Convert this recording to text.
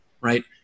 right